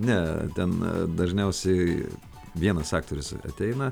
ne ten dažniausiai vienas aktorius ateina